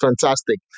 Fantastic